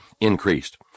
increased